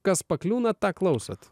kas pakliūna tą klausot